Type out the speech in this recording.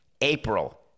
April